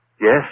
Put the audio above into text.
Yes